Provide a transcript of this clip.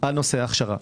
על נושא ההכשרה.